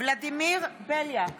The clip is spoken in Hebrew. ולדימיר בליאק,